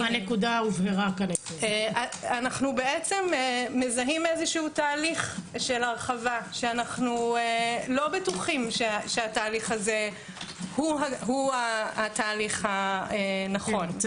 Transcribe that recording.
אנו מזהים תהליך הרחבה שאנו לא בטוחים שהתהליך הזה הוא התהליך הנכון.